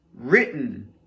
written